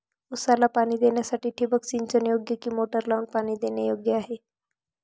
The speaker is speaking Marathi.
ऊसाला पाणी देण्यासाठी ठिबक सिंचन योग्य कि मोटर लावून पाणी देणे योग्य आहे?